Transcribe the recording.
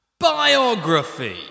Biography